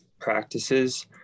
practices